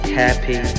happy